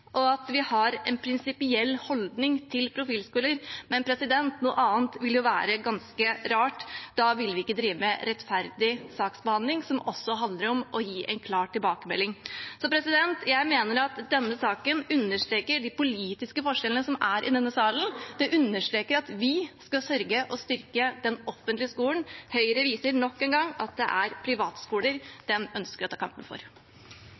og at vi har en prinsipiell holdning til profilskoler, men noe annet ville jo være ganske rart. Da ville vi ikke drevet med rettferdig saksbehandling, som også handler om å gi en klar tilbakemelding. Jeg mener at denne saken understreker de politiske forskjellene som er i denne salen. Den understreker at vi skal sørge for å styrke den offentlige skolen. Høyre viser nok en gang at det er privatskoler de ønsker å ta kampen for.